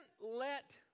let